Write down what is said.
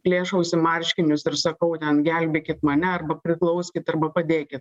plėšausi marškinius ir sakau ten gelbėkit mane arba priglauskit arba padėkit